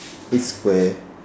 it's square